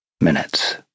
minutes